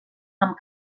amb